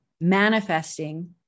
manifesting